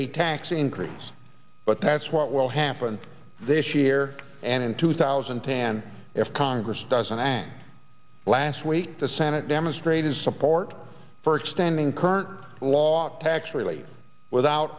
a tax increase but that's what will happen this year and in two thousand and ten if congress doesn't act last week the senate demonstrated support for extending current law tax relief without